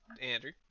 Andrew